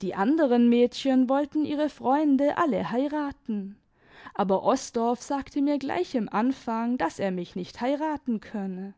die anderen mädchen wollten ihre freunde alle heiraten aber osdorff sagte mir gleich im anfang daß er mich nicht heiraten könne